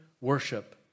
worship